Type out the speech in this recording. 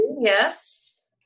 yes